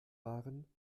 waren